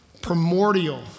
primordial